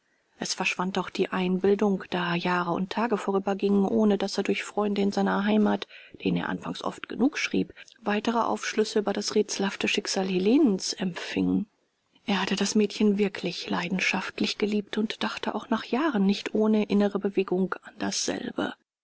es verschwand auch die einbildung da jahre und tage vorübergingen ohne daß er durch freunde in seiner heimat denen er anfangs oft genug schrieb weitere aufschlüsse über das rätselhafte schicksal helenens empfing er hatte das mädchen wirklich leidenschaftlich geliebt und dachte auch nach jahren nicht ohne innere bewegung an dasselbe